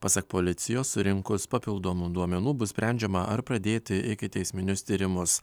pasak policijos surinkus papildomų duomenų bus sprendžiama ar pradėti ikiteisminius tyrimus